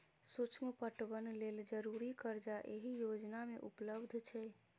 सुक्ष्म पटबन लेल जरुरी करजा एहि योजना मे उपलब्ध छै